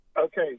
Okay